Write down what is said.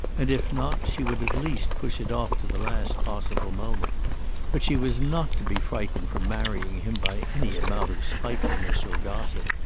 and if not, she would at least push it off to the last possible moment but she was not to be frightened from marrying him by any amount of spitefulness or gossip,